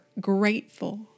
grateful